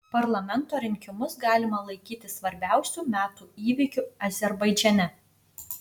parlamento rinkimus galima laikyti svarbiausiu metų įvykiu azerbaidžane